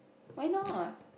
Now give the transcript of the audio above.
why not